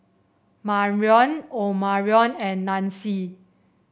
Marrion Omarion and Nanci